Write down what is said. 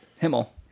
Himmel